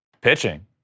Pitching